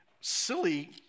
silly